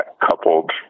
coupled